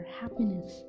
happiness